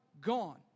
gone